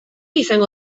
izango